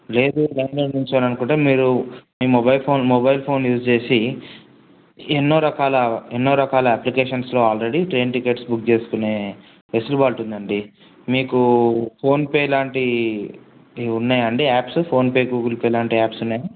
లేదూ లైన్లో నించోను అనుకుంటే మీరూ మీ mobile phone mobile phone use చేసి ఎన్నో రకాల ఎన్నో రకాల అప్లికేషన్స్లో ఆల్రెడీ ట్రైన్ టికెట్స్ బుక్ చేసుకునే వెసులుబాటు ఉందండీ మీకూ ఫోన్పే లాంటివి ఇవి ఉన్నాయా అండి యాప్స్ ఫోన్పే గూగుల్ పే లాంటి యాప్స్ ఉన్నాయా